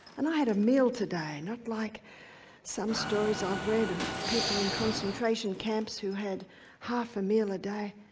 and i had a meal today not like some stories i've read of people in concentration camps who had half a meal a day.